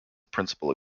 principle